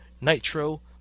Nitro